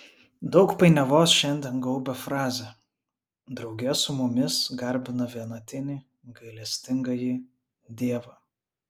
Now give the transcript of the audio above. daug painiavos šiandien gaubia frazę drauge su mumis garbina vienatinį gailestingąjį dievą